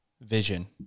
vision